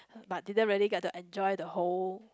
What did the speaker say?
but didn't really get to enjoy the whole